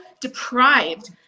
deprived